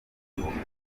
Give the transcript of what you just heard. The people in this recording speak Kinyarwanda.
kibungo